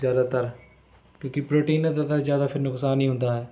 ਜ਼ਿਆਦਾਤਰ ਕਿਉਂਕਿ ਪ੍ਰੋਟੀਨ ਦਾ ਤਾਂ ਜ਼ਿਆਦਾ ਫਿਰ ਨੁਕਸਾਨ ਹੀ ਹੁੰਦਾ ਹੈ